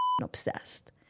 obsessed